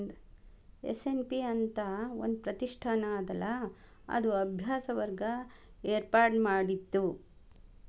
SNP ಅಂತ್ ಒಂದ್ ಪ್ರತಿಷ್ಠಾನ ಅದಲಾ ಅದು ಅಭ್ಯಾಸ ವರ್ಗ ಏರ್ಪಾಡ್ಮಾಡಿತ್ತು